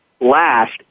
Last